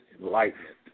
Enlightenment